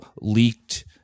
leaked